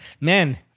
Man